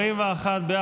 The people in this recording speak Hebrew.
התשפ"ג 2023,